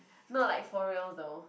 no like for real though